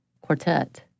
quartet